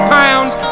pounds